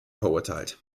verurteilt